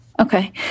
okay